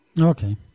Okay